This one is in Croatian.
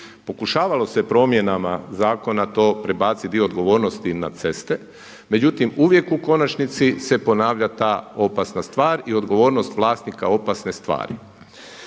Pokušavalo se promjena zakona to prebaciti dio dogovornosti na ceste, međutim uvijek u konačnici se ponavlja ta opasna stvar i odgovornost vlasnika opasne stvari.